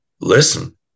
listen